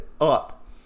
up